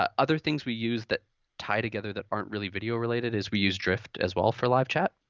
um other things we use that tie together that aren't really video related is we use drift as well for live chat.